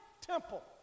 temple